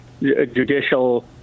judicial